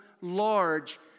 large